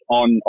on